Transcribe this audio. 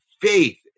faith